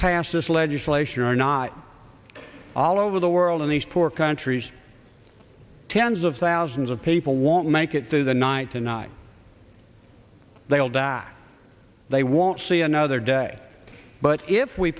pass this legislation or not all over the world in these poor countries tens of thousands of people won't make it through the night tonight they will die they won't see another day but if we